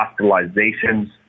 hospitalizations